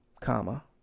comma